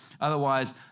otherwise